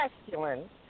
masculine